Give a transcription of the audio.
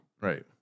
right